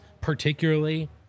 particularly